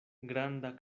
granda